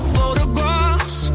Photographs